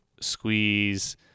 squeeze